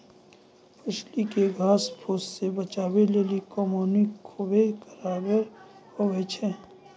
फसिल के घास फुस से बचबै लेली कमौनी खुबै कारगर हुवै छै